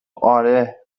آره